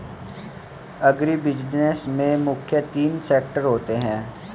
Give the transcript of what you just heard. agribusiness में मुख्य तीन सेक्टर होते है